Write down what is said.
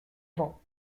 vent